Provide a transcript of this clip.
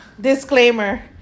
disclaimer